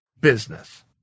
business